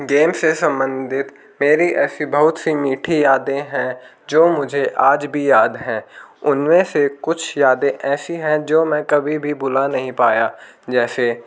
game से संबंधित मेरी ऐसी बहुत से मीठी यादें हैं जो मुझे आज भी याद हैं उनमें से कुछ यादें ऐसी हैं जो मैं कभी भी भुला नहीं पाया जैसे